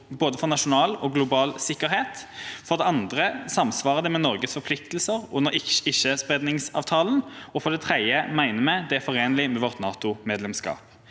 både for nasjonal og global sikkerhet, for det andre samsvarer det med Norges forpliktelser under Ikkespredningsavtalen, og for det tredje mener vi det er forenlig med vårt NATOmedlemskap.